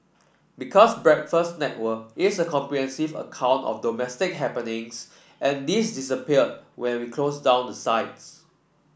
because Breakfast Network is a comprehensive account of domestic happenings and this disappeared when we closed down the sites